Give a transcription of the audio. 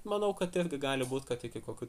manau kad irgi gali būt kad iki kokių